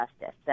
justice